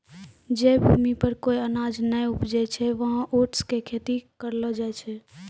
जै भूमि पर कोय अनाज नाय उपजै छै वहाँ ओट्स के खेती करलो जाय छै